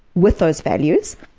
with those values,